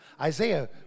Isaiah